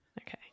Okay